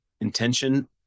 Intention